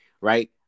Right